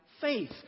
faith